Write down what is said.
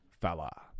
fella